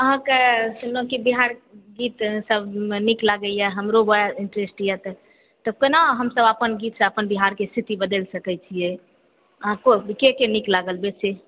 अहाँके सुनलहुँ कि बिहारके गीतसभमे नीक लागैए हमरो उएह इण्टरेस्ट यए तऽ तऽ कोना हमसभ अपन गीतसँ अपन बिहारक स्थिति बदलि सकैत छियै अहाँकेँ के के नीक लागल बेशी